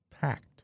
packed